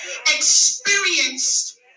experienced